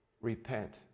repent